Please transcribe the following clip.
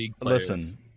listen